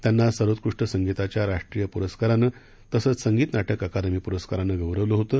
त्यांना सर्वोत्कृष्ट संगीताच्या राष्ट्रीय पुरस्कारानं तसंच संगीत नाटक अकादमी पुरस्कारानं गौरवलं होतं